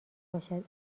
باشد